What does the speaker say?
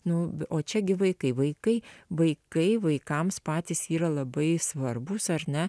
nu o čia gi vaikai vaikai vaikai vaikams patys yra labai svarbūs ar ne